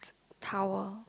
towel